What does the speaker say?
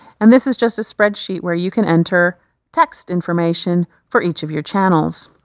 and this is just a spreadsheet where you can enter text information for each of your channels.